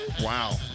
Wow